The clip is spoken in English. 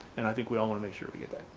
and i think we all wanna make sure we get that.